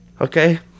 okay